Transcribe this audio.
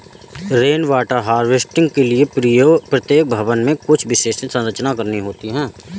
rain water harvesting के लिए प्रत्येक भवन में कुछ विशेष संरचना करनी होती है